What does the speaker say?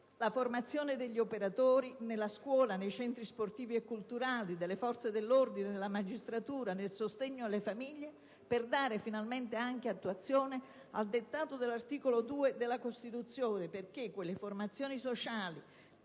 la formazione degli operatori della scuola, dei centri sportivi e culturali, delle forze dell'ordine e della magistratura e nel sostegno alle famiglie per dare finalmente attuazione al dettato dell'articolo 2 della Costituzione, perché quelle formazioni sociali